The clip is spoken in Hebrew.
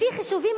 לפי חישובים,